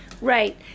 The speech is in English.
Right